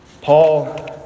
Paul